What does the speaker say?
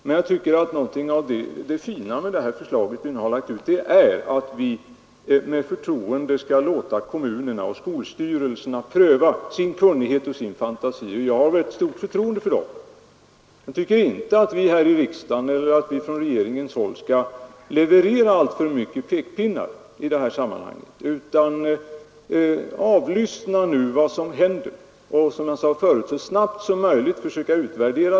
Men en del av finessen med det förslag vi nu har lagt fram är att vi med förtroende skall låta kommuner och skolstyrelser pröva sin kapacitet och fantasi. Jag har mycket stort förtroende för dem, och jag tycker inte att vi från riksdagen eller regeringen skall leverera alltför många pekpinnar, utan vi bör analysera vad som hänt och så snabbt som möjligt utvärdera försöken.